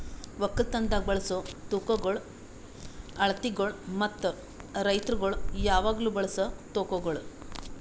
ಒಕ್ಕಲತನದಾಗ್ ಬಳಸ ತೂಕಗೊಳ್, ಅಳತಿಗೊಳ್ ಮತ್ತ ರೈತುರಗೊಳ್ ಯಾವಾಗ್ಲೂ ಬಳಸ ತೂಕಗೊಳ್